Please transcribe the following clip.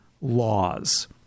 laws